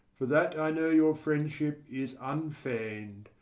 for that i know your friendship is unfeign'd,